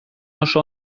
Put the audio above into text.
oso